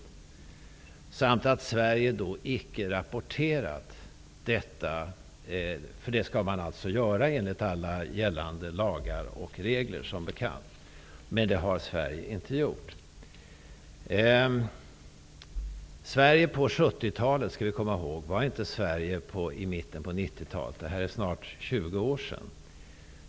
Ryktena gör gällande att svenskarna inte har rapporterat detta, vilket man enligt alla gällande lagar och regler skall göra. Vi skall komma ihåg att Sverige på 70-talet inte var som det är i mitten på 90-talet. Det här hände för snart 20 år sedan.